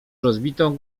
rozbitą